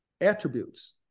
attributes